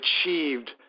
achieved